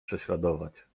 prześladować